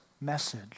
message